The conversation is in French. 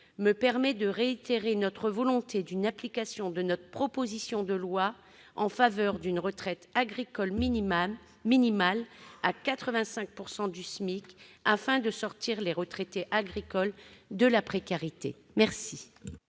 me permet de réitérer notre volonté d'une application de notre proposition de loi en faveur d'une retraite agricole minimale à 85 % du SMIC, afin de sortir les retraités agricoles de la précarité. Je